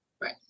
Right